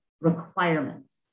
requirements